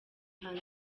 hanze